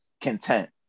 content